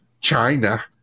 China